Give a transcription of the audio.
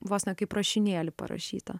vos ne kaip rašinėlį parašytą